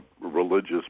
religious